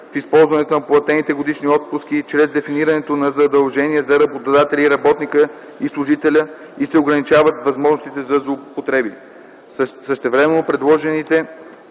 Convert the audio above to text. в използването на платените годишни отпуски чрез дефинирането на задължения за работодателя и работника и служителя и се ограничават възможностите за злоупотреби. Същевременно предложените